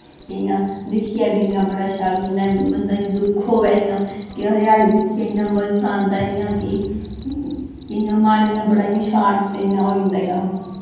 इ'यां दिक्खियै बी इ'यां बड़ा शैल बंदा इ'यां दिक्खग इ'यां कि हरेयाली दिक्खियै इ'यां मज़ा आंदा इ'यां कि इ'यां मन इ'यां बड़ा इ'यां शांत इ'यां होई जंदा इ'यां